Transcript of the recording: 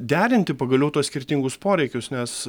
derinti pagaliau tuos skirtingus poreikius nes